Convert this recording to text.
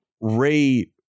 ray